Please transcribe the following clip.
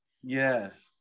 yes